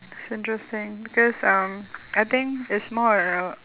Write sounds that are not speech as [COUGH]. it's interesting because um [NOISE] I think it's more on a